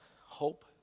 hope